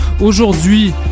Aujourd'hui